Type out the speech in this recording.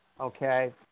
Okay